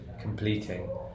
completing